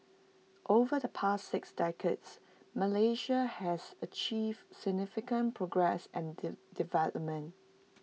over the past six decades Malaysia has achieved significant progress and development